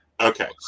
Okay